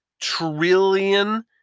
trillion